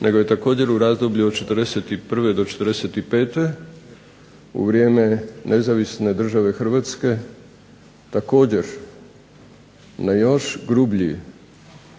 nego je također u razdoblju od 41. do 45. u vrijeme nezavisne države Hrvatske također na još grublji